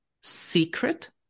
secret